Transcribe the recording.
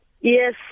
Yes